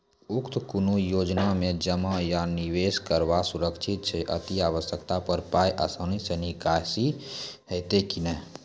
उक्त कुनू योजना मे जमा या निवेश कतवा सुरक्षित छै? अति आवश्यकता पर पाय आसानी सॅ निकासी हेतै की नै?